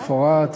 מפורט וארוך.